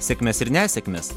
sėkmes ir nesėkmes